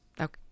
Okay